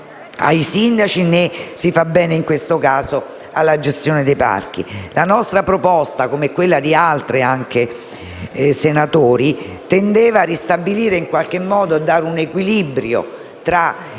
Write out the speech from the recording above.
ai sindaci, né, in questo caso, alla gestione dei parchi. La nostra proposta, come quella di altri senatori, tendeva a ristabilire in qualche modo un equilibrio tra